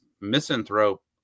misanthrope